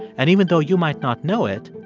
and even though you might not know it,